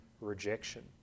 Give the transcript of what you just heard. rejection